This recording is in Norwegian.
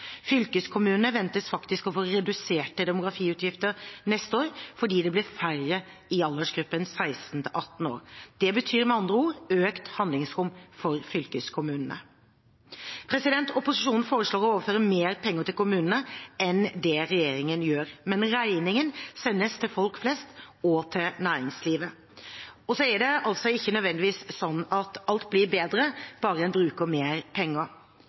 Fylkeskommunene ventes faktisk å få reduserte demografiutgifter neste år, fordi det blir færre i aldersgruppen 16–18 år. Det betyr med andre ord økt handlingsrom for fylkeskommunene. Opposisjonen foreslår å overføre mer penger til kommunene enn det regjeringen gjør, men regningen sendes til folk flest og til næringslivet. Og det er ikke nødvendigvis slik at alt blir bedre bare en bruker mer penger.